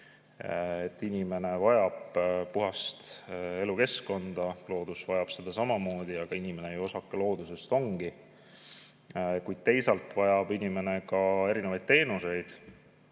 et inimene vajab puhast elukeskkonda, loodus vajab seda samamoodi, aga inimene ju osake loodusest ongi. Kuid teisalt vajab inimene ka erinevaid teenuseid,